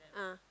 ah